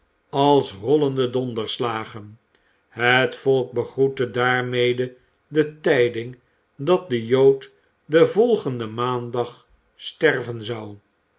als rollende donderslagen het volk begroette daarmede de tijding dat de jood den volgenden maandag sterven zou